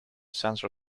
sensor